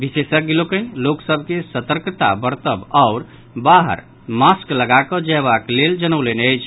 विशेषज्ञ लोकनि लोक सभ के सतर्कता बरतब आओर बाहर मास्क लगाकऽ जयबाक लेल जनौलनि अछि